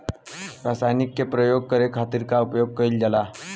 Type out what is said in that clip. रसायनिक के प्रयोग करे खातिर का उपयोग कईल जाला?